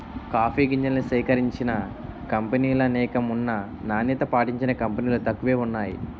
coffee గింజల్ని సేకరించిన కంపినీలనేకం ఉన్నా నాణ్యత పాటించిన కంపినీలు తక్కువే వున్నాయి